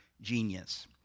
genius